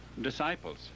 disciples